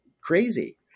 crazy